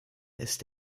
ist